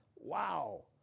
Wow